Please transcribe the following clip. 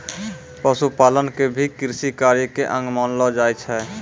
पशुपालन क भी कृषि कार्य के अंग मानलो जाय छै